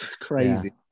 crazy